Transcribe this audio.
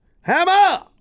Hammer